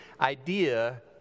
idea